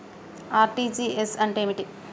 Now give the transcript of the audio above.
RTGS అంటే ఏమిటి?